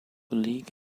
league